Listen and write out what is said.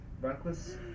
Reckless